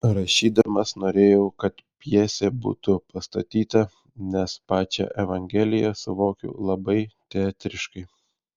rašydamas norėjau kad pjesė būtų pastatyta nes pačią evangeliją suvokiu labai teatriškai